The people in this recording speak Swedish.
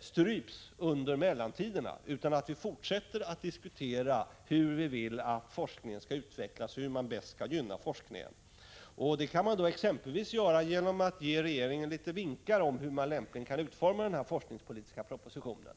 stryps under mellantiden utan att vi fortsätter att diskutera hur vi vill att forskningen skall utvecklas och hur man bäst skall gynna forskningen. Det kan man exempelvis göra genom att ge regeringen vinkar om hur man lämpligen kan utforma den forskningspolitis ka propositionen.